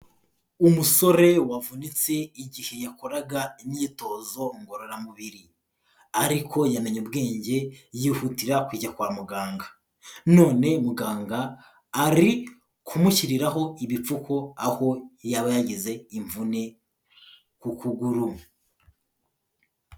Umusore wavunitse igihe yakoraga imyitozo ngororamubiri, ariko yamenye ubwenge yihutira kujya kwa muganga, none muganga ari kumushyiriraho ibipfuko aho yaba yageze imvune ku kuguru.